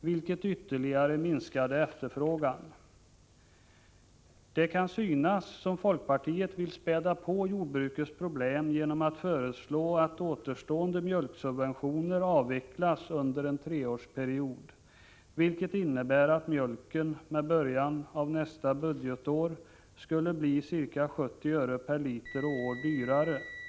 vilket ytterligare minskade efterfrågan. Det kan synas som om vi i folkpartiet vill späda på jordbrukets problem när vi föreslår att återstående mjölksubventioner avvecklas under en treårsperiod, vilket innebär att mjölken fr.o.m. början av nästa budgetår skulle bli ca 70 öre dyrare per liter och år.